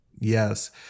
Yes